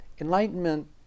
Enlightenment